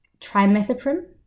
trimethoprim